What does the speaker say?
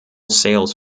sales